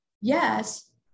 Yes